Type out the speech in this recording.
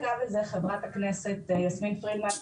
נגעה בזה חברת הכנסת יסמין פרידמן,